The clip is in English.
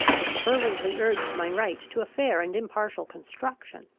i fervently urged my right to a fair and impartial construction.